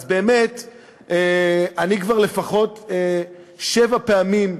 אז באמת, אני כבר לפחות שבע פעמים,